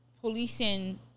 policing